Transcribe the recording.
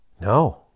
No